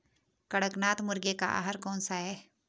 कड़कनाथ मुर्गे का आहार कौन सा है?